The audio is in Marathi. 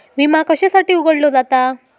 विमा कशासाठी उघडलो जाता?